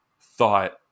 thought